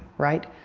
right?